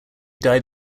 died